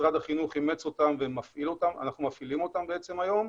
משרד החינוך אימץ אותן ומפעילים אותם היום.